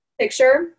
picture